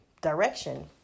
direction